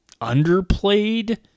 underplayed